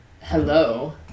Hello